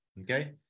Okay